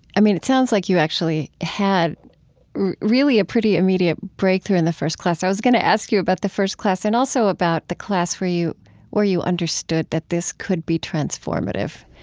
i mean, it sounds like you actually had really a pretty immediate breakthrough in the first class. i was going to ask you about the first class and also about the class where you where you understood that this could be transformative